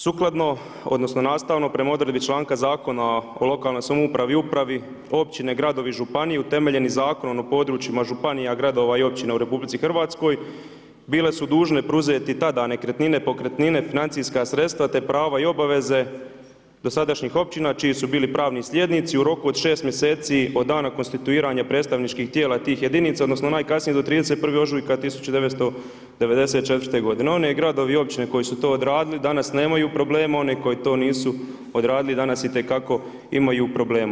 Sukladno, odnosno, nastavno prema odredbi članka Zakona o lokalnoj samoupravi, upravi, općine, gradovi i županije, utemeljeni Zakonom o područjima županijama, gradova i općina u RH, bile su dužne preuzeti tada nekretnine, pokretnine, financijska sredstva, te prava i obaveze dosadašnjih općina, čiji su bili pravni slijednici u roku od 6 mjeseci, od dana konstituiranja predstavničkih tijela tih jedinica, odnosno, najkasnije do 31. ožujka 1994. g. One gradove i općine koje su to odradile, danas nemaju problema, one koje to nisu odradile, danas itekako imaju problema.